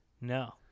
No